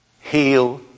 heal